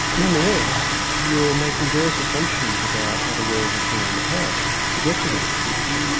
nonetheless, you're making various assumptions about how the world has been in the past, to get you to this position.